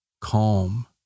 calm